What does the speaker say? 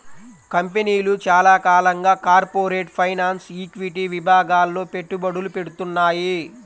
కంపెనీలు చాలా కాలంగా కార్పొరేట్ ఫైనాన్స్, ఈక్విటీ విభాగాల్లో పెట్టుబడులు పెడ్తున్నాయి